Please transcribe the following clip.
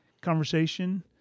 conversation